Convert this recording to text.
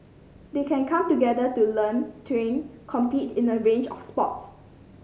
they can come together to learn train compete in a range of sports